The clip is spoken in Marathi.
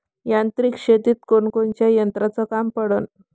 यांत्रिक शेतीत कोनकोनच्या यंत्राचं काम पडन?